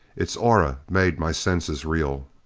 its aura made my senses reel.